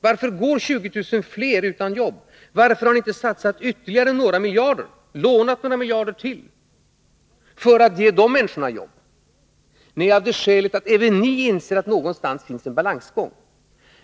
Varför går 20 000 fler människor utan jobb nu? Varför har ni inte satsat ytterligare några miljarder —- lånat några miljarder till — för att ge de människorna jobb? Det är av det skälet att även ni inser att någonstans måste det finnas en balans.